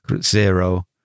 Zero